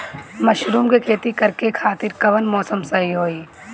Mushroom के खेती करेके खातिर कवन मौसम सही होई?